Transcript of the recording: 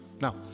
Now